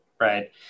right